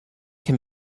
can